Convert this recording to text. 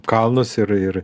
kalnus ir ir